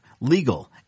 legal